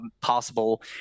possible